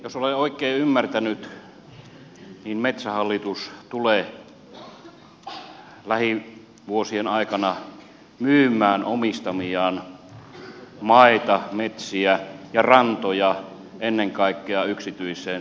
jos olen oikein ymmärtänyt niin metsähallitus tulee lähivuosien aikana myymään omistamiaan maita metsiä ja rantoja ennen kaikkea yksityiseen suomalaiseen omistukseen